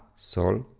sol,